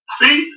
see